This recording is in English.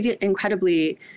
incredibly